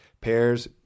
pairs